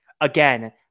again